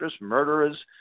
murderers